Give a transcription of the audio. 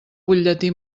butlletí